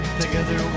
together